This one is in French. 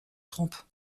trompe